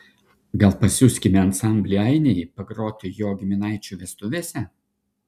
gal pasiųskime ansamblį ainiai pagroti jo giminaičių vestuvėse